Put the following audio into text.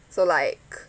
so like